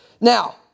Now